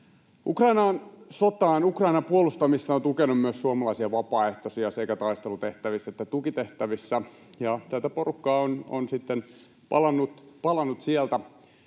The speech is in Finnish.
tukea jatketaan. Ukrainan puolustamista ovat tukeneet myös suomalaiset vapaaehtoiset sekä taistelutehtävissä että tukitehtävissä. Tätä porukkaa on sitten palannut sieltä,